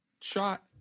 shot